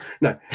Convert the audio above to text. No